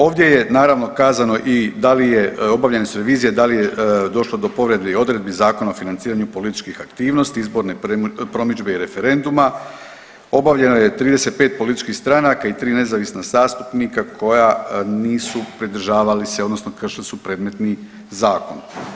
Ovdje je naravno kazano i da li je, obavljene su revizije, da li je došlo do povrede i odredbi Zakona o financiranju političkih aktivnosti, izborne promidžbe i referenduma, obavljeno je 35 političkih stranaka i 3 nezavisna zastupnika koja nisu pridržavali se odnosno kršili su predmetni zakon.